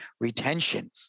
retention